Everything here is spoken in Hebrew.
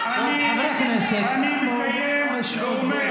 אני מסיים ואומר,